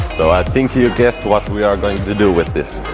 think you guessed what we are going to do with this